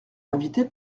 invité